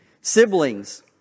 Siblings